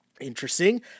Interesting